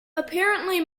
apparently